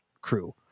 crew